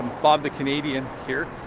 bob the canadian here.